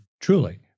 truly